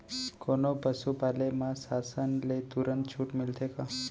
कोनो पसु पाले म शासन ले तुरंत छूट मिलथे का?